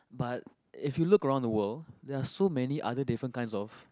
but if you look around the world there are so many other different kinds of